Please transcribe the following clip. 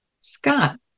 Scott